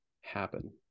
happen